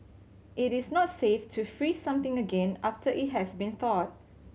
it is not safe to freeze something again after it has been thawed